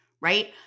right